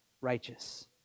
righteous